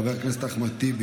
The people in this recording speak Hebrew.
חבר הכנסת אחמד טיבי,